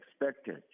expected